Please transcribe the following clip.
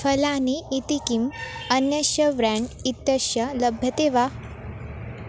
फलानि इति किम् अन्यस्य ब्राण्ड् इत्यस्य लभ्यते वा